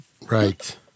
Right